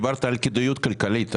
דיברת על כדאיות כלכלית,